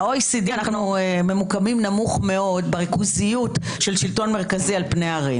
ב-OECD אנחנו ממוקמים נמוך מאוד בריכוזיות של שלטון מרכזי על פני ערים.